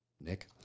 Nick